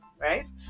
right